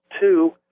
Two